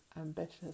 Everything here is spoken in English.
ambitious